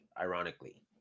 Ironically